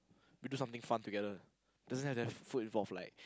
we do something fun together doesn't have that food involve like